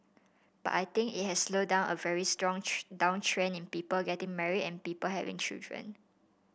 but I think it has slowed down a very strong downtrend in people getting married and people having children